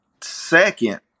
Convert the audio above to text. second